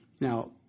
Now